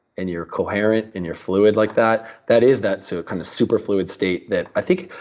and you're coherent, and you're fluid like that, that is that so kind of superfluid state that. i think,